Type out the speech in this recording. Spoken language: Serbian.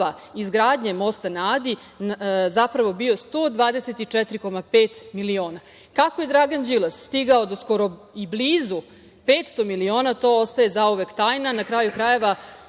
izgradnje mosta na Adi zapravo bila 124,5 miliona. Kako je Dragan Đilas stigao do skoro i blizu 500 miliona, to ostaje zauvek tajna. Na kraju krajeva,